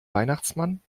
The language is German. weihnachtsmann